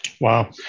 Wow